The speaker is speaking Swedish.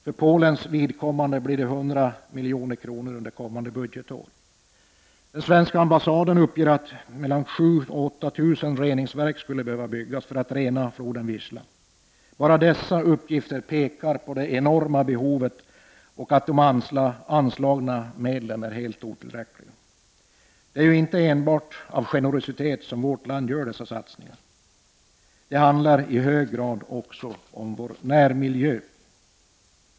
För Polens vidkommande blir det 100 milj.kr. under kommande budgetår. Svenska ambassaden uppger att 7 000—8 000 reningsverk skulle behöva byggas för att rena floden Wista. Bara dessa uppgifter visar på det enorma behovet och anger att de anslagna medlen är helt otillräckliga. Det är ju inte enbart av generositet som vårt land gör dessa satsningar. Det handlar i hög grad också om vår närmiljö.